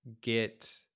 get